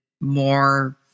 more